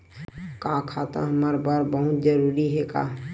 का खाता हमर बर बहुत जरूरी हे का?